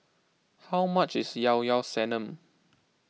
how much is Llao Llao Sanum